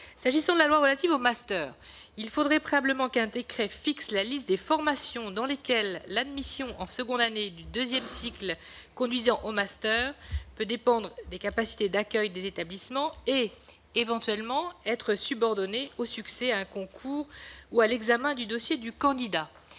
l'enseignement supérieur français, il faudrait préalablement qu'un décret fixe la liste des formations dans lesquelles l'admission en seconde année du deuxième cycle conduisant au master peut dépendre des capacités d'accueil des établissements et, éventuellement, être subordonnée au succès à un concours ou à l'examen du dossier du candidat.